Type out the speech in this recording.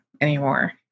anymore